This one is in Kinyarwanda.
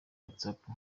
whatsapp